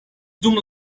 dum